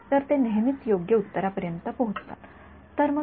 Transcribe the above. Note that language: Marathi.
तर ते नेहमीच योग्य उत्तरापर्यंत पोहोचतात